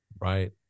Right